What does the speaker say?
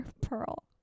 pearl